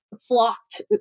flocked